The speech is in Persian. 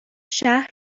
شهر